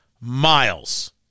miles